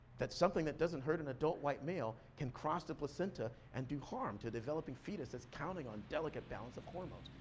that something that doesn't hurt an adult white male can cross the placenta and do harm to the developing fetus that's counting on delicate balance of hormones.